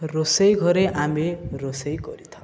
ରୋଷେଇ ଘରେ ଆମେ ରୋଷେଇ କରିଥାଉ